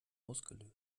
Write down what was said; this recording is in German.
ausgelöst